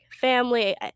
family